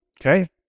Okay